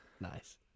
Nice